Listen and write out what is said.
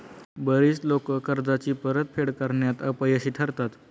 बरीच लोकं कर्जाची परतफेड करण्यात अपयशी ठरतात